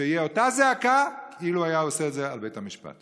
שתהיה אותה זעקה כאילו היה עושה את זה לבית המשפט.